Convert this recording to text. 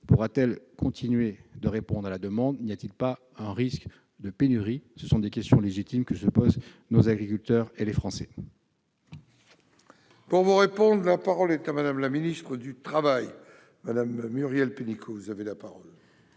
pourra-t-elle continuer de répondre à la demande ? N'y a-t-il pas un risque de pénurie ? Ce sont des questions légitimes que se posent nos agriculteurs et les Français. La parole est à Mme la ministre du travail. Oui, monsieur